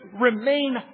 remain